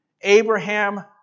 Abraham